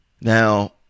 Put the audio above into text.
Now